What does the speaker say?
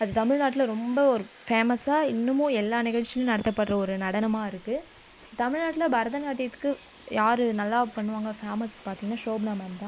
அது தமிழ்நாட்டில் ரொம்ப ஒரு ஃபேமஸ்ஸாக இன்னமும் எல்லா நிகழ்ச்சிலையும் நடத்தப்படுகிற ஒரு நடனமாக இருக்குது தமிழ்நாட்டில் பரதநாட்டியத்துக்கு யார் நல்லா பண்ணுவாங்கள் ஃபேமஸ் பார்த்தீங்கனா சோபனா மேம் தான்